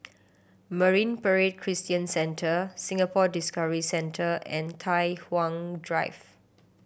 Marine Parade Christian Centre Singapore Discovery Centre and Tai Hwan Drive